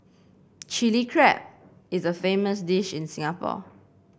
Chilli Crab is a famous dish in Singapore